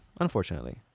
unfortunately